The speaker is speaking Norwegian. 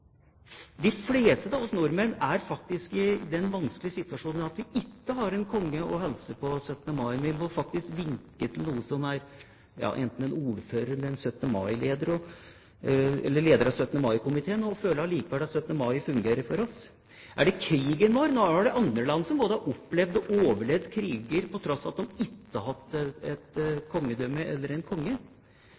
De fleste av oss nordmenn er faktisk i den vanskelige situasjonen at vi ikke har en konge å hilse på 17. mai. Vi må faktisk vinke enten til en ordfører eller til lederen for 17. mai-komiteen, men føler likevel at 17. mai fungerer for oss. Er det krigen vår? Andre land har også både opplevd og overlevd kriger på tross av at de ikke har hatt kongedømme eller en konge.